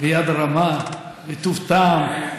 ביד רמה, בטוב טעם,